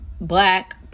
Black